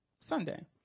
Sunday